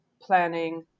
planning